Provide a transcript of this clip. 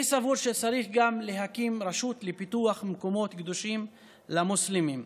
אני סבור שצריך גם להקים רשות לפיתוח מקומות קדושים למוסלמים,